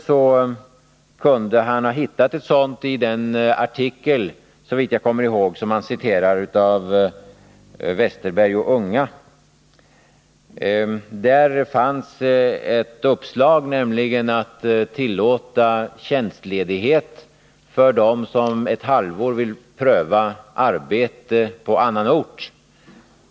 Han kunde ha hittat ett sådant i den artikel — såvitt jag kommer ihåg — av Ulf Westerberg och Nils Unga som han citerade ur. Där fanns ett uppslag, nämligen att man skulle bevilja tjänstledighet för dem som under ett halvår vill pröva på arbete på annan ort.